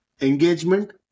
engagement